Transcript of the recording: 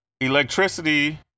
electricity